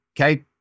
okay